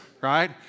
right